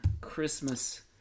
Christmas